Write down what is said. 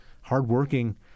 hardworking